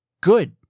good